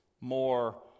more